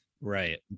Right